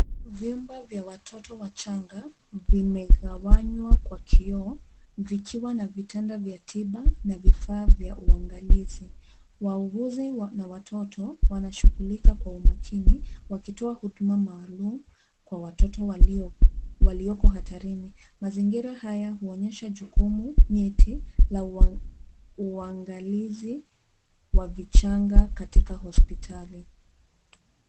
Vyumba vya watoto wachanga vimegawanywa kwa kioo vikiwa na vitanda vya tiba na vifaa vya uangalizi. Waugizi na watoto wanashughulika kwa umakini wakitoa huduma maalum kwa watoto walioko hatarini. Mazingira haya huonyesha jukumu nyeti la uangalizi wa vichanga katika hospitali.